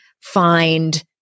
find